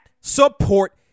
support